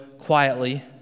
quietly